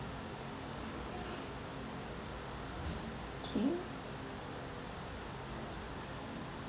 okay